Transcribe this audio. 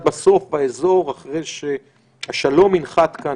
בסוף האזור יראה אחרי שהשלום ינחת כאן.